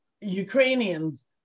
Ukrainians